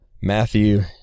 Matthew